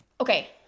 Okay